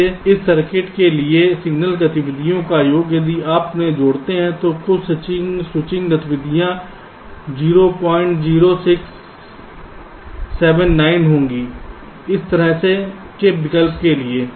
इसलिए इस सर्किट के लिए सिग्नल गतिविधियों का योग यदि आप उन्हें जोड़ते हैं तो कुल स्विचिंग गतिविधि 00679 होगी इस तरह के विकल्प के लिए